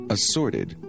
Assorted